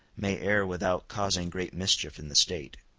may err without causing great mischief in the state.